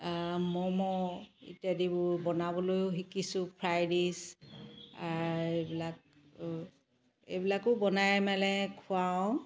ম'ম' ইত্যাদিবোৰ বনাবলৈও শিকিছো ফ্ৰাই ডিছ এইবিলাক এইবিলাকো বনাই মানে খোৱাওঁ